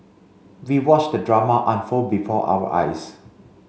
we watched the drama unfold before our eyes